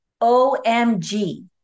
OMG